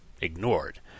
ignored